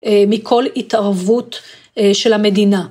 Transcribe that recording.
מכל התערבות של המדינה.